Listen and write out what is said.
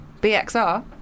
BXR